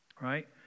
right